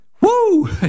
Woo